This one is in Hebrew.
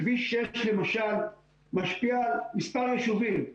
כביש-6, למשל, משפיע על מספר יישובים,